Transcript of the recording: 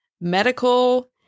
Medical